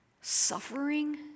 suffering